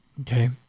Okay